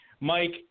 Mike